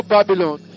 Babylon